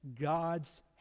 God's